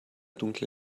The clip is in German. dunkle